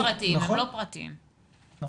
הם סמי-פרטיים, הם לא פרטיים לגמרי.